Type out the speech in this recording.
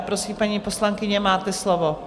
Prosím, paní poslankyně, máte slovo.